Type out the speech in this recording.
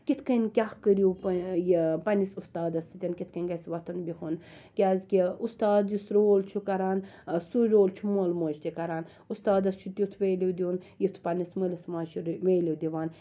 کِتھ کنۍ کیاہ کٔرِو پَننِس اُستادَس سۭتۍ کِتھ کنۍ گَژھِ وۄتھُن بِہُن کیازکہِ اُستاد یُس رول چھُ کَران سُے رول چھُ مول موج تہِ کَران اُستادَس چھُ تیُتھ ویلِو دِیُن یُتھ پَننِس مٲلِس ماجہِ چھِ ویلِو دِوان